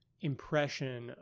impression